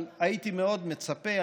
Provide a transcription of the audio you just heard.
אבל הייתי מאוד מצפה,